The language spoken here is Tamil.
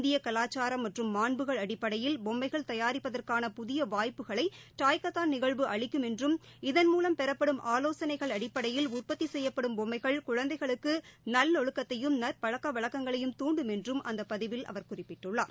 இந்திய கலாச்சாரம் மற்றும் மாண்புகள் அடிப்படையில் பொம்மைகள் தயாரிப்பதற்கான புதிய வாய்ப்புகளை டாய்கத்தான் நிகழ்வு அளிக்கும் என்றும் இதன்மூவம் பெறப்படும் ஆலோசனைகள் அடிப்படையில் உற்பத்தி செய்யப்படும் பொம்மைகள் குழந்தைகளுக்கு நல்லொழுக்கத்தையும் பழக்க வழக்கங்களையும் தூண்டும் என்றும் அந்த பதிவில் அவர் குறிப்பிட்டுள்ளார்